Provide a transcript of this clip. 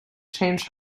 change